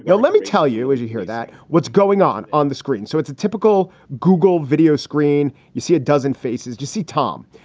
you know let me tell you, as you hear that, what's going on on the screen. so it's a typical google video screen. you see a dozen faces. you see tom.